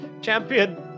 champion